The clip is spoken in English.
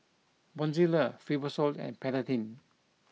Bonjela Fibrosol and Betadine